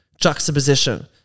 juxtaposition